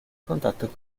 contatto